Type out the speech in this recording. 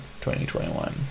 2021